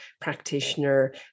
practitioner